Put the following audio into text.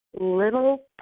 little